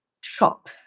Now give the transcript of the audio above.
shop